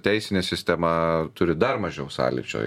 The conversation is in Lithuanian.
teisinė sistema turi dar mažiau sąlyčio